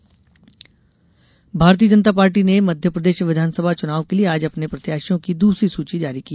Bhajpa list Bharatiya Janata Party ने मध्यप्रदेश विधानसभा चुनाव के लिये आज अपने प्रत्याशियों की दूसरी सूची जारी की